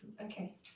Okay